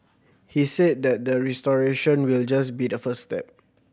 he said that the restoration will just be the first step